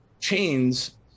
chains